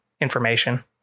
information